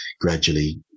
gradually